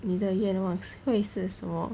你的愿望会是什么